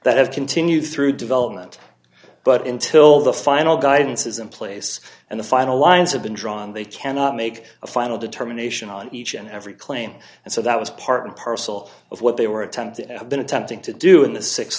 that have continued through development but until the final guidance is in place and the final lines have been drawn they cannot make a final determination on each and every claim and so that was part and parcel of what they were attempting have been attempting to do in the six